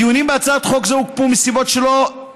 הדיונים בהצעת חוק זו הוקפאו מסיבות שאינן